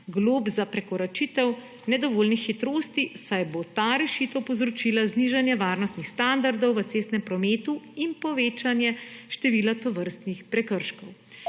glob za prekoračitev nedovoljene hitrosti, saj bo ta rešitev povzročila znižanje varnostnih standardnih v cestnem prometu in povečanje števila tovrstnih prekrškov.